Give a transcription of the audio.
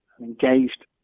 engaged